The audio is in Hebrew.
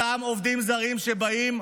אותם עובדים זרים שבאים,